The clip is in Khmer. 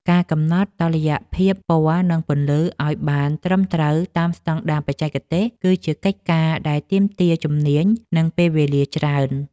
ការកំណត់តុល្យភាពពណ៌ និងពន្លឺឱ្យបានត្រឹមត្រូវតាមស្ដង់ដារបច្ចេកទេស គឺជាកិច្ចការដែលទាមទារជំនាញ និងពេលវេលាច្រើន។